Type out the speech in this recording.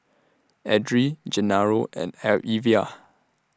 Edrie Genaro and L Evia